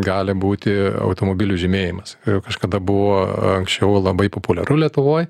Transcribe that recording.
gali būti automobilių žymėjimas kažkada buvo anksčiau labai populiaru lietuvoj